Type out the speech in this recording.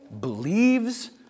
believes